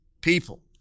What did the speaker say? people